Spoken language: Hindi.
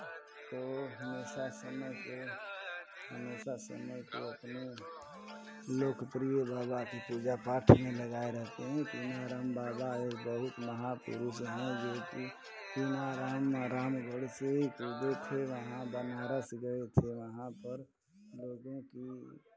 को हमेशा समय को हमेशा समय को अपने लोकप्रिय बाबा की पूजा पाठ में लगाए रहते हैं कीनाराम बाबा एक बहुत महापुरुष हैं जोकि कीनाराम रामगढ़ से अकेले थे वहाँ बनारस गए थे वहाँ पर लोगों की